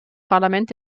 parlament